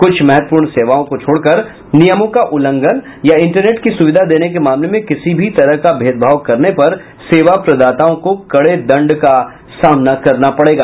कुछ महत्वपूर्ण सेवाओं को छोड़कर नियमों का उल्लंघन या इंटरनेट की सुविधा देने के मामले में किसी भी तरह का भेदभाव करने पर सेवा प्रदाताओं को कड़े दंड का सामना करना पड़ेगा